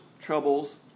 troubles